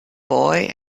boy